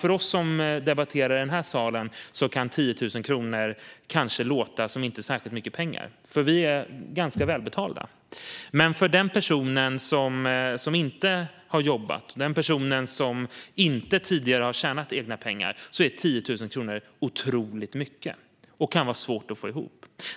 För oss som debatterar i denna sal kanske 10 000 kronor inte låter som särskilt mycket pengar, för vi är ganska välbetalda. Men för den person som inte har jobbat eller tjänat egna pengar tidigare är 10 000 kronor otroligt mycket och kan vara svårt att få ihop.